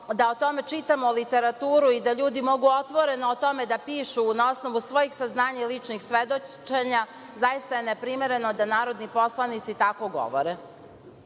da o tome čitamo literature i da ljudi mogu otvoreno o tome da pišu na osnovu svojih saznanja i ličnih svedočenja, zaista je neprimereno da narodni poslanici tako govore.